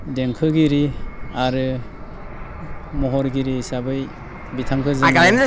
देंखोगिरि आरो महरगिरि हिसाबै बिथांखो जोङो